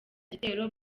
gitero